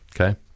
okay